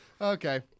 Okay